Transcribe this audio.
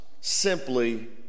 simply